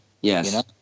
yes